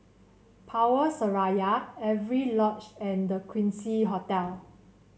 Power Seraya Avery Lodge and The Quincy Hotel